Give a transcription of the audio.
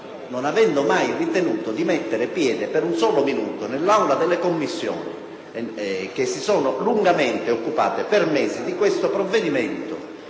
non avendo mai ritenuto di mettere piede per un solo minuto nell'Aula delle Commissioni che si sono occupate per mesi di questo provvedimento,